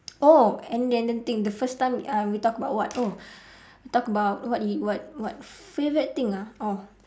oh and then the thing the first time uh we talk about what oh talk about what what what favourite thing ah oh